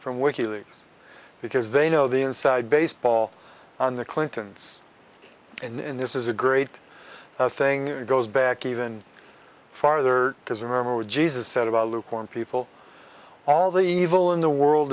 leaks because they know the inside baseball on the clintons in this is a great thing goes back even farther because remember what jesus said about lukewarm people all the evil in the world